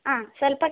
ಹಾಂ ಸ್ವಲ್ಪ